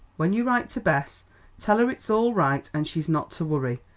when you write to bess tell her it's all right, and she's not to worry.